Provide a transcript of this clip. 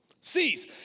cease